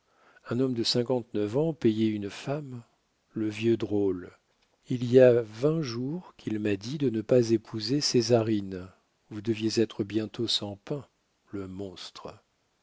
un homme de cinquante-neuf ans payer une femme le vieux drôle il y a vingt jours qu'il m'a dit de ne pas épouser césarine vous deviez être bientôt sans pain le monstre